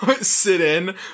sit-in